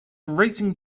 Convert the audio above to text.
racing